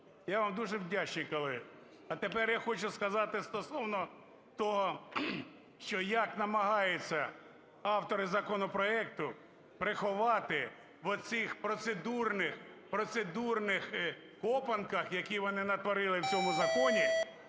Я вам дуже вдячний, колега. А тепер я хочу сказати стосовно того, що як намагаються автори законопроекту приховати в оцих процедурних, процедурних копанках, які вони натворили в цьому законі,